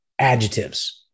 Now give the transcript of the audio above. adjectives